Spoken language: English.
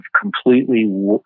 completely